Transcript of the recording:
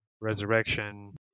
resurrection